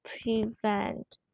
prevent